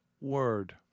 word